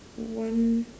one